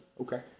Okay